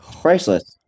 priceless